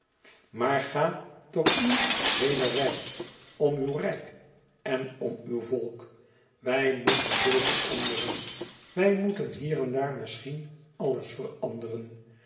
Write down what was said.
maar ga door uw heele rijk om uw rijk en om uw volk wij moeten veel veranderen wij moeten hier en daar misschien alles veranderen